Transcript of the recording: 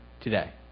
today